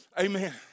Amen